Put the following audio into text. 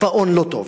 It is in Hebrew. הקיפאון לא טוב.